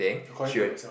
according to yourself